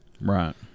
Right